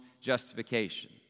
justification